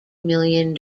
million